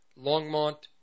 Longmont